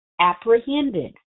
apprehended